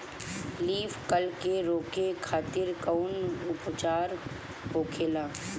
Leaf curl के रोके खातिर कउन उपचार होखेला?